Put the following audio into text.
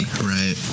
Right